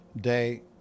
day